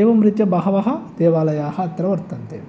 एवं रीत्या बहवः देवालयाः अत्र वर्तन्ते